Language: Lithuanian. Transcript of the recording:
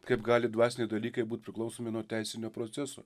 kaip gali dvasiniai dalykai būt priklausomi nuo teisinio proceso